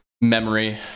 memory